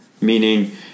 meaning